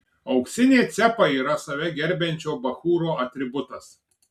auksinė cepa yra save gerbiančio bachūro atributas